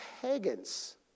pagans